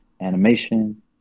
animation